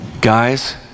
Guys